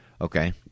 Okay